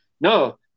No